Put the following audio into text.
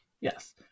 Yes